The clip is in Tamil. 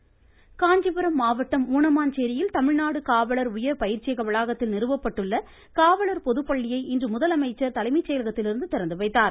முதலமைச்சர் காஞ்சிபுரம் மாவட்டம் ஊனமாஞ்சேரியில் தமிழ்நாடு காவலர் உயர் பயிற்சியக வளாகத்தில் நிறுவப்பட்டுள்ள காவலர் பொது பள்ளியை இன்று முதலமைச்சர் தலைமைச்செயலகத்திலிருந்து திறந்துவைத்தார்